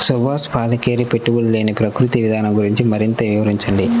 సుభాష్ పాలేకర్ పెట్టుబడి లేని ప్రకృతి విధానం గురించి మరింత వివరించండి